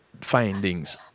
findings